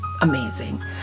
amazing